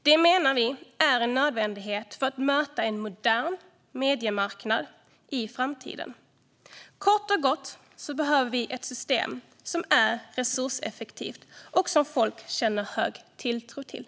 Detta är, menar vi, en nödvändighet för att möta en modern mediemarknad i framtiden. Kort och gott behöver vi ett system som är resurseffektivt och som folk känner hög tilltro till.